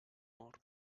mor